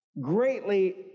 greatly